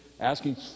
asking